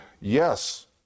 Yes